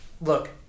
look